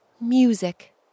Music